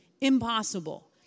impossible